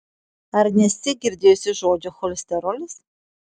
ar nesi girdėjusi žodžio cholesterolis